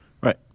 Right